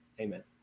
amen